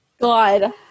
god